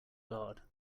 god